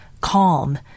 calm